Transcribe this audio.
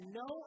no